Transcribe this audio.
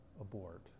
abort